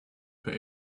put